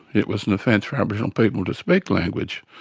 it was an offence for aboriginal people to speak language.